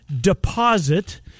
deposit